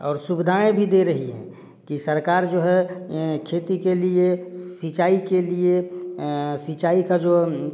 और सुविधाएँ भी दे रही हैं कि सरकार जो है खेती के लिए सिंचाई के लिए सिंचाई का जो